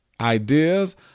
ideas